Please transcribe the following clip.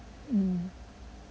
mm